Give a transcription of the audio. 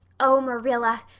oh, marilla,